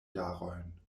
jarojn